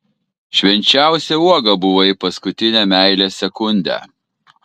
švenčiausia uoga buvai paskutinę meilės sekundę